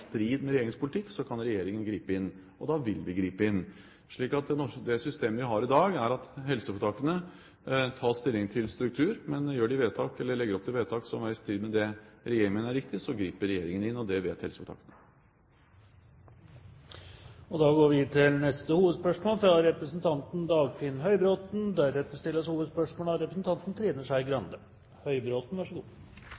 strid med regjeringens politikk, kan regjeringen gripe inn – og da vil vi gripe inn. Det systemet vi har i dag, er at helseforetakene tar stilling til struktur, men gjør de vedtak eller legger opp til vedtak som er i strid med det regjeringen mener er riktig, så griper regjeringen inn. Og det vet helseforetakene. Vi går til neste hovedspørsmål.